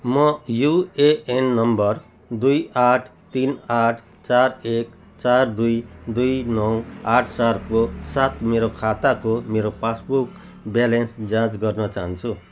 म UAN number दुई आठ तिन आठ चार एक चार दुई दुई नौ आठ चारको साथ मेरो खाताको मेरो पासबुक ब्यालेन्स जाँच गर्न चाहन्छु